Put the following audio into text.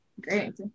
great